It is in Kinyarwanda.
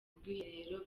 ubwiherero